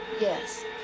yes